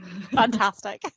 Fantastic